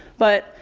but,